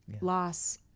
Loss